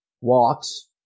walks